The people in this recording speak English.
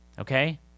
Okay